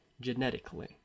genetically